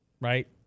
right